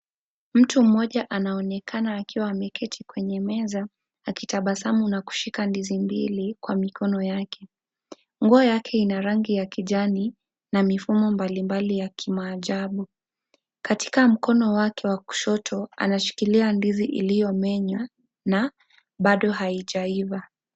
Mtu mmoja anaonekana akiwa ameketi kwenye meza akitabasamu na kushika ndizi mbili kwa mikono yake. Nguo yake yenye rangi ya kijani na mifumo mbalimbali yakimaajabu. Katika mkono wake wa kushoto, anashikilia ndizi iliyomenywa na bado haijaiva.